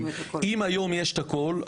אם היום יש את הכול,